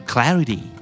Clarity